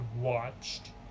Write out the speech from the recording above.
Watched